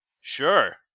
Sure